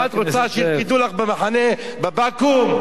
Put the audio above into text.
מה, את רוצה שירקדו לך במחנה, בבקו"ם?